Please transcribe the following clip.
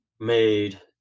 made